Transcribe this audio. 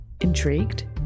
Intrigued